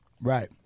Right